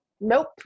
Nope